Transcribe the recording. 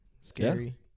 Scary